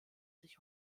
sich